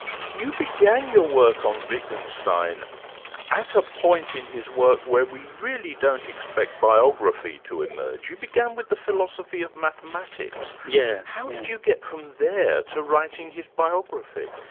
you began began your work on wittgenstein at a point in his work where we really don't expect biography to emerge. you began with the philosophy of mathematics. yeah how did you get from there to writing his biography?